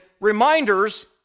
reminders